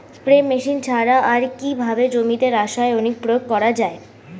Spray machine ছাড়া আর কিভাবে জমিতে রাসায়নিক প্রয়োগ করা যায়?